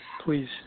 please